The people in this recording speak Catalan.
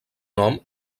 nom